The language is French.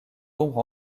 d’ombre